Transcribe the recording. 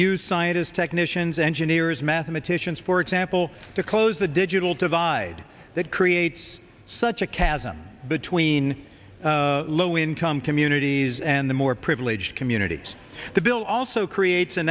use scientists technicians engineers mathematicians for example to close the digital divide that creates such a chasm between low income communities and the more privileged communities the bill also creates a